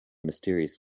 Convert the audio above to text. mysterious